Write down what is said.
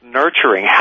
nurturing